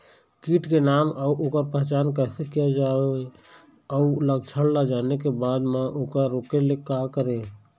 कीट के नाम अउ ओकर पहचान कैसे किया जावे अउ लक्षण ला जाने के बाद मा ओकर रोके ले का करें?